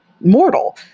mortal